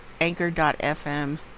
anchor.fm